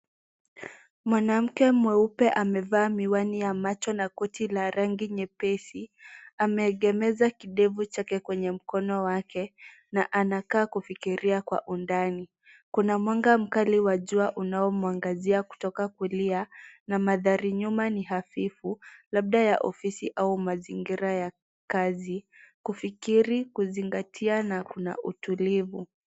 Mwanamke mweupe amevaa miwani ya macho na koti la rangi nyepesi. Ameegemeza kidevu chake kwenye mkono wake na anakaa kufikiria kwa undani. Kuna mwanga mkali wa jua unaomwangazia kutoka kulia na mandhari nyuma ni hafifu labda ya ofisi au mazingira ya kazi kufikiri, kuzingatia na kuna utulivu.